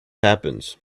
happens